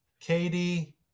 Katie